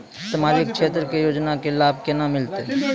समाजिक क्षेत्र के योजना के लाभ केना मिलतै?